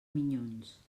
minyons